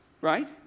right